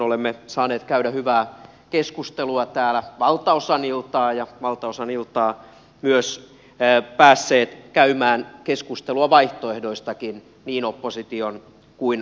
olemme saaneet käydä hyvää keskustelua täällä valtaosan iltaa ja valtaosan iltaa myös päässeet käymään keskustelua vaihtoehdoistakin niin opposition kuin hallituspuolueidenkin kesken